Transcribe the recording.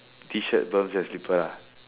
T-shirt and slipper ah